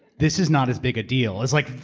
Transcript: this is not as big a deal. it's like,